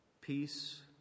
peace